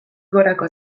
gorako